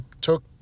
took